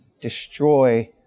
destroy